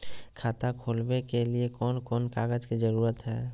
खाता खोलवे के लिए कौन कौन कागज के जरूरत है?